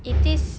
it taste